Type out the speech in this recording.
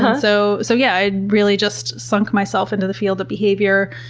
ah so so, yeah, i really just sunk myself into the field of behavior,